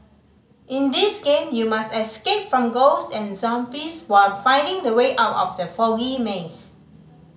in this game you must escape from ghost and zombies while finding the way out of the foggy maze